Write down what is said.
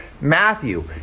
Matthew